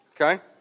Okay